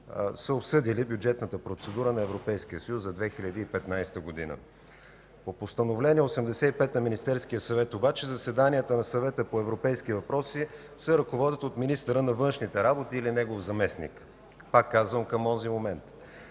са обсъдили бюджетната процедура на Европейския съюз за 2015 г. По Постановление № 85 на Министерския съвет обаче заседанията на Съвета по европейски въпроси се ръководят от министъра на външните работи или негов заместник. Пак казвам, към онзи момент.